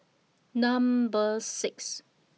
Number six